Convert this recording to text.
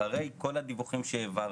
אחרי כל הדיווחים שהעברנו,